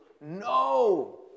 no